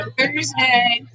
Thursday